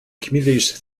communities